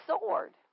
sword